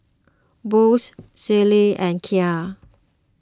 Boost Sealy and Kia